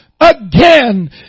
again